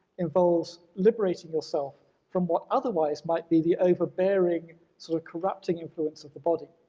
involves liberating yourself from what otherwise might be the overbearing, sort of corrupting influence of the body.